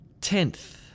Tenth